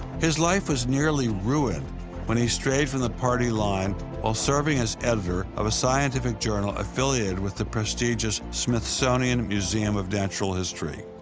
his life was nearly ruined when he strayed from the party line while serving as editor of a scientific journal affiliated with the prestigious smithsonian museum of natural history.